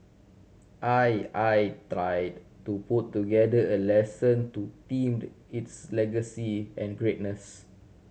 I I tired to put together a lesson to themed it's legacy and greatness